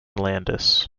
landis